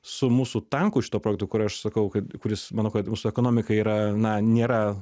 su mūsų tankų šituo projektu kur aš sakau kad kuris manau kad mūsų ekonomikai yra na nėra